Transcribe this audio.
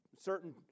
certain